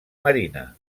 marina